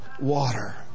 water